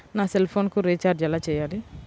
నా సెల్ఫోన్కు రీచార్జ్ ఎలా చేయాలి?